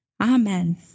Amen